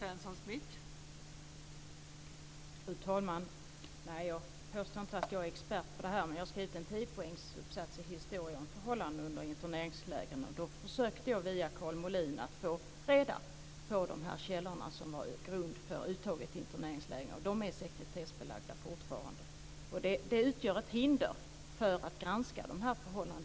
Fru talman! Nej, jag påstår inte att jag är expert på detta. Men jag har skrivit en tiopoängsuppsats i historia om förhållandena i interneringslägren, och då försökte jag via Karl Molin att få reda på de källor som var grund för uttaget till interneringslägren - och de är sekretessbelagda fortfarande. Det utgör ett hinder för att granska förhållandena.